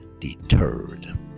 deterred